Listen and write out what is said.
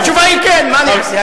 התשובה היא כן, מה אני אעשה.